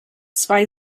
zwei